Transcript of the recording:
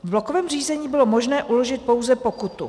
V blokovém řízení bylo možné uložit pouze pokutu.